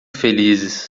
felizes